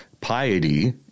piety